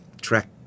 track